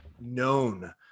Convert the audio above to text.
known